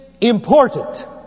important